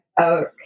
Okay